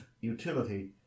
utility